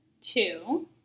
two